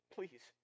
Please